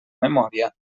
memòria